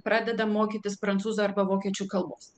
pradedam mokytis prancūzų arba vokiečių kalbos